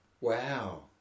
Wow